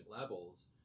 levels